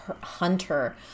Hunter